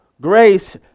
grace